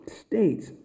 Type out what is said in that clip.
states